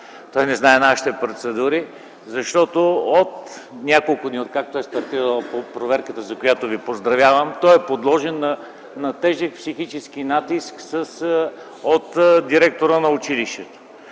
той не знае нашите процедури, защото от няколко дни, откакто е стартирала проверката, за която Ви поздравявам, той е подложен на тежък психически натиск от директора на училището.